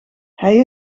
hij